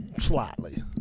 Slightly